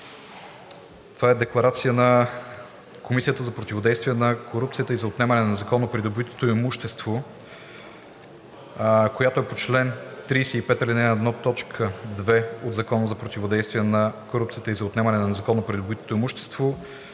Това е декларация на Комисията за противодействие на корупцията и за отнемане на незаконно придобитото имущество, която е по чл. 35, ал. 1, т. 2 от Закона за противодействие на корупцията и за отнемане на незаконно придобитото имущество,